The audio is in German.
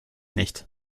nicht